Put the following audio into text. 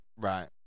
Right